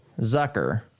Zucker